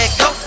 go